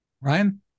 Ryan